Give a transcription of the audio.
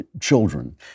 children